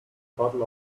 bottle